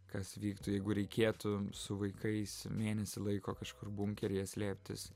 kas vyktų jeigu reikėtų su vaikais mėnesį laiko kažkur bunkeryje slėptis